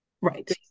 Right